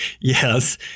yes